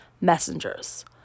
messengers